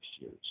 years